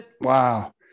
Wow